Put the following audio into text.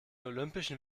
olympischen